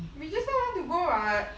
we just now want to go [what]